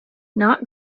not